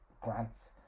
grants